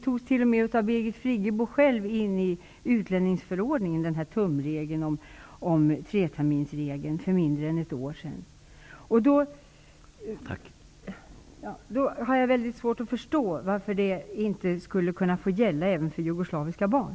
Tumregeln om treterminersregeln togs in i utlänningsförordningen av Birgit Friggebo själv för mindre än ett år sedan. Jag har svårt att förstå varför detta inte har fått gälla även för jugoslaviska barn.